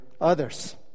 others